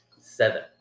Seven